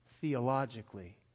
theologically